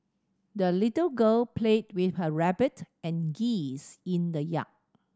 the little girl played with her rabbit and geese in the yard